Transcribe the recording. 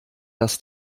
das